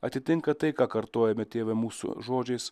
atitinka tai ką kartojame tėve mūsų žodžiais